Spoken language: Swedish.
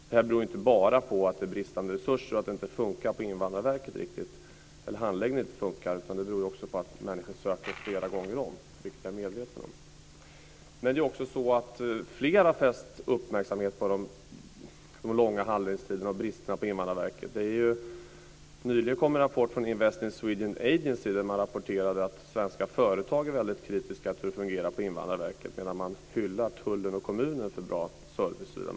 Detta beror inte bara på bristande resurser och på att handläggningen inte riktigt funkar på Invandrarverket, utan det beror också på att människor söker flera gånger om, vilket jag är medveten om. Flera har fäst sin uppmärksamhet på de långa handläggningstiderna och bristerna på Invandrarverket. Nyligen kom en rapport från Invest in Sweden Agency, där man rapporterade att svenska företag är väldigt kritiska till hur det fungerar på Invandrarverket medan de hyllar tullen och kommunerna för bra service, osv.